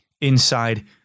inside